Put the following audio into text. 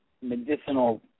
medicinal